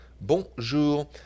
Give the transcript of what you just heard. Bonjour